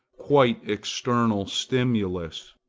quite external stimulus.